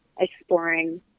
exploring